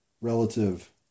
relative